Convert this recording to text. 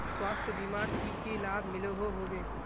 स्वास्थ्य बीमार की की लाभ मिलोहो होबे?